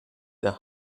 der